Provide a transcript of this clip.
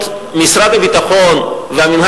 גם בוועדת החוץ הביטחון ואפילו